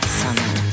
summer